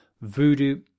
Voodoo